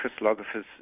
crystallographers